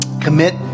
Commit